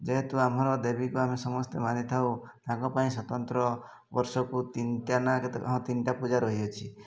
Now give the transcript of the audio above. ଯେହେତୁ ଆମର ଦେବୀକୁ ଆମେ ସମସ୍ତେ ମାନିଥାଉ ତାଙ୍କ ପାଇଁ ସ୍ୱତନ୍ତ୍ର ବର୍ଷକୁ ତିନିଟା ନା କେତେ ହଁ ତିନିଟା ପୂଜା ରହିଅଛି